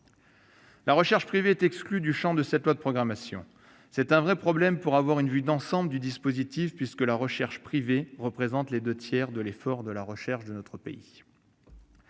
La recherche privée est exclue du champ de cette loi de programmation. C'est un vrai problème pour avoir une vue d'ensemble du dispositif, puisque la recherche privée représente les deux tiers de l'effort de recherche du pays.